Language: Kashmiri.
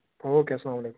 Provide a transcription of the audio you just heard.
اوکے اسَلام علیکُم